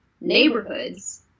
neighborhoods